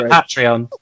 Patreon